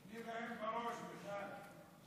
תני להם בראש, מיכל.